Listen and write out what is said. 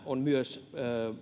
on myös